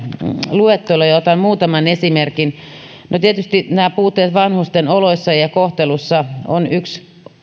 luettelo ja otan muutaman esimerkin no tietysti nämä puutteet vanhusten oloissa ja kohtelussa ovat yksi